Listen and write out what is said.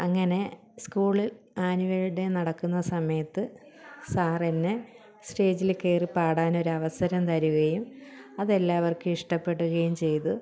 അങ്ങനെ സ്കൂളിൽ annual day നടക്കുന്ന സമയത്ത് സാറെന്നെ സ്റ്റേജിൽ കയറി പാടാനൊരവസരം തരുകയും അതെല്ലാവർക്കും ഇഷ്ടപ്പെടുകയും ചെയ്തു